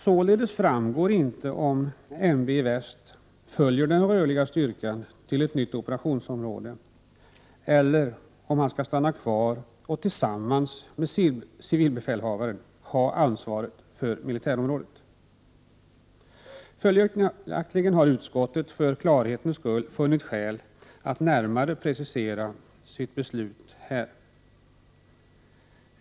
Således framgår inte om militärbefälhavaren följer den rörliga styrkan till ett nytt operationsområde eller om han skall stanna kvar och tillsammans med civilbefälhavaren ha ansvaret för militärområdet. Följaktligen har utskottet för klarhetens skull närmare velat precisera sitt beslut.